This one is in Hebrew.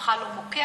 המשפחה לא מוכרת?